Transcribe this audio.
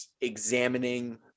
examining